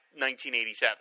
1987